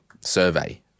survey